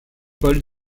paul